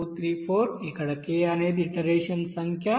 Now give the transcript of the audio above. k01234 ఇక్కడ k అనేది iteration సంఖ్య